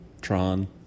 Tron